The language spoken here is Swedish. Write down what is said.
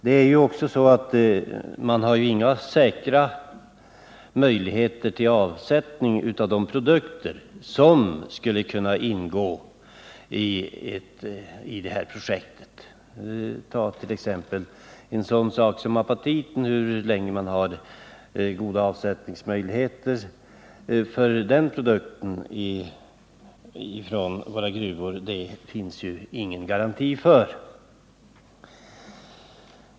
Man har Nr 31 inga säkra möjligheter till avsättning för de produkter som skulle ingå i projektet. Ta t.ex. en sådan sak som apatiten! Hur länge har man goda avsättningsmöjligheter för den produkten ifrån våra gruvor? Sådant finns ju ingen garanti för.